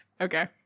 Okay